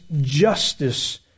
justice